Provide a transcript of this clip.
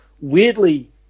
weirdly